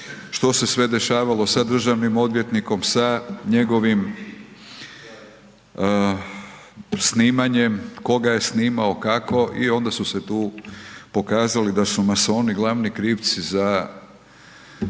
što se sve dešavalo sa državnim odvjetnikom, sa njegovim snimanjem, koga je snimao, kako, i onda su se tu pokazali da su masoni glavni krivci za,